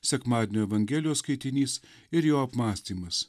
sekmadienio evangelijos skaitinys ir jo apmąstymas